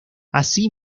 así